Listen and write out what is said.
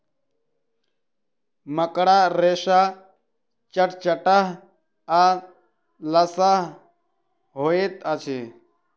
मकड़ा रेशा चटचटाह आ लसाह होइत अछि